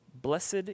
Blessed